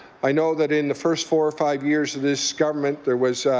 i know that in the first four or five years of this government there was